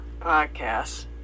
podcasts